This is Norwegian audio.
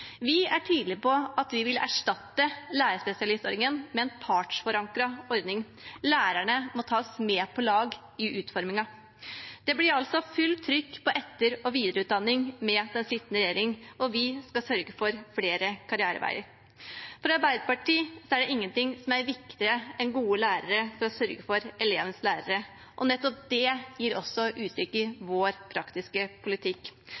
Vi er tydelige på at vi vil erstatte lærerspesialistordningen med en partsforankret ordning. Lærerne må tas med på laget i utformingen. Det blir altså fullt trykk på etter- og videreutdanning med den sittende regjering, og vi skal sørge for flere karriereveier. For Arbeiderpartiet er det ingenting som er viktigere enn gode lærere for å sørge for elevens læring, og nettopp det kommer også til uttrykk i vår praktiske politikk.